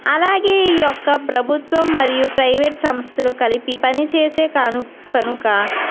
అలాగే ఈయొక్క ప్రభుత్వం మరియు ప్రైవేట్ సంస్థలు కలిపి పని చేసే కనుక కనుక